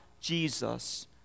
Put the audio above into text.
Jesus